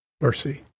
Mercy